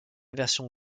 version